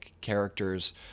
characters